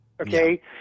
Okay